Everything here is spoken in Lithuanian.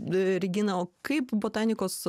regina o kaip botanikos